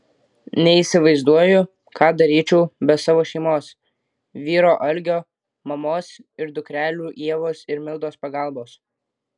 neįsivaizduoju ką daryčiau be savo šeimos vyro algio mamos ir dukrelių ievos ir mildos pagalbos